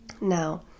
Now